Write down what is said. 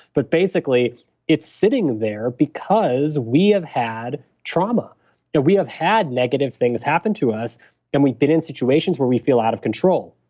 but basically it's sitting there because we have had trauma and we have had negative things happen to us and we've been in situations where we feel out of control.